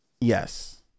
Yes